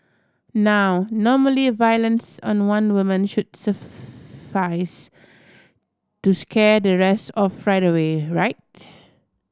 now normally violence on one woman should suffice to scare the rest off right away right